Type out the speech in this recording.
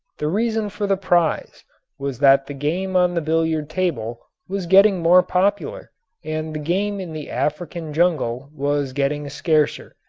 the reason for the prize was that the game on the billiard table was getting more popular and the game in the african jungle was getting scarcer,